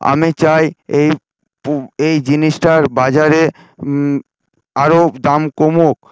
আমি চাই এই এই জিনিসটার বাজারে আরও দাম কমুক